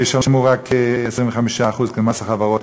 שישלמו רק 25% מס חברות.